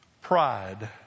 pride